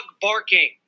barking